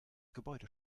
gebäude